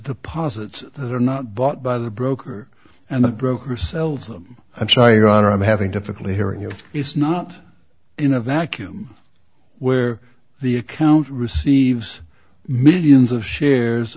the posits that are not bought by the broker and the broker sells them i'm sorry your honor i'm having difficulty hearing you it's not in a vacuum where the account receives millions of shares